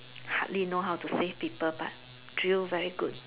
hardly know how to save people but drill very good